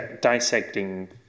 dissecting